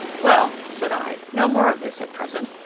well, said i, no more of this at present.